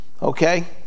Okay